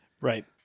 Right